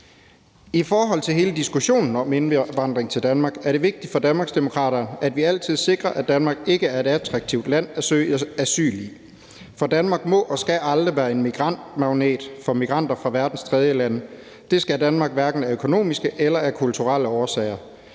I forhold til hele diskussionen om indvandring til Danmark er det vigtigt for Danmarksdemokraterne, at vi altid sikrer, at Danmark ikke er et attraktivt land at søge asyl i. For Danmark må og skal aldrig være en migrantmagnet for migranter fra verdens tredjelande. Det skal Danmark hverken af økonomiske eller kulturelle årsager.